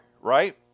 right